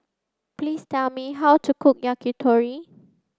please tell me how to cook Yakitori